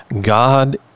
God